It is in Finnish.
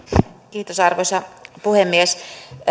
kiitos arvoisa puhemies